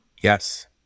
Yes